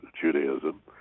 Judaism